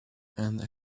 and